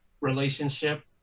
relationship